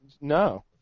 No